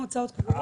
הוצאות קבועות?